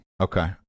okay